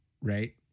right